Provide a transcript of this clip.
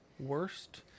worst